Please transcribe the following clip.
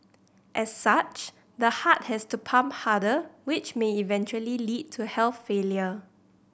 as such the heart has to pump harder which may eventually lead to health failure